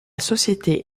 société